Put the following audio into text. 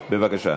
בבקשה.